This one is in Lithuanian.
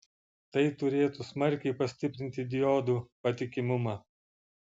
tai turėtų smarkiai pastiprinti diodų patikimumą